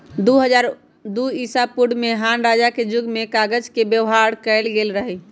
दू हज़ार दू ईसापूर्व में हान रजा के जुग में कागज के व्यवहार कएल गेल रहइ